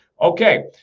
Okay